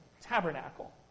Tabernacle